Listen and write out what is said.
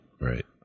right